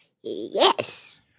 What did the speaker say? Yes